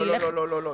לא, לא.